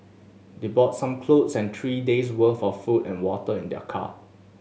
they brought some clothes and three days worth of food and water in their car